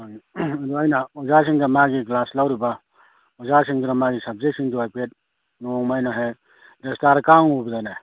ꯑꯗꯨ ꯑꯩꯅ ꯑꯣꯖꯥꯁꯤꯡꯗ ꯃꯥꯒꯤ ꯀ꯭ꯂꯥꯁ ꯂꯧꯔꯤꯕ ꯑꯣꯖꯥꯁꯤꯡꯗꯨꯗ ꯃꯥꯒꯤ ꯁꯕꯖꯦꯛꯁꯤꯡꯗꯨ ꯍꯥꯏꯐꯦꯠ ꯅꯣꯡꯃ ꯑꯩꯅ ꯍꯦꯛ ꯔꯦꯁꯇꯥꯔ ꯀꯥꯡꯉꯨꯕꯗꯅꯦ